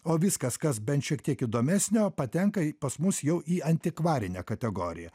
o viskas kas bent šiek tiek įdomesnio patenka pas mus jau į antikvarinę kategoriją